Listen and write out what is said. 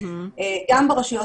גם ברשויות